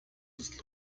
ist